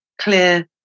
clear